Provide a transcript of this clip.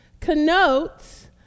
connotes